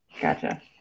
Gotcha